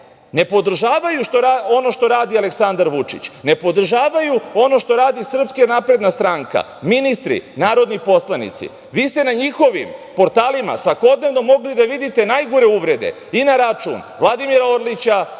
ne podržavaju ono što radi Aleksandar Vučić, ne podržavaju ono što radi SNS, ministri, narodni poslanici. Vi ste na njihovim portalima svakodnevno mogli da vidite najgore uvrede i na račun Vladimira Orlića